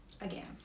Again